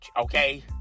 okay